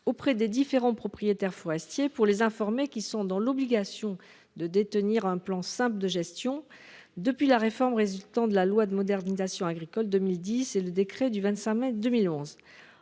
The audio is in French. auprès des différents propriétaires forestiers pour les informer qui sont dans l'obligation de détenir un plan simple de gestion depuis la réforme résultant de la loi de modernisation agricole 2010 et le décret du 25 mai 2011.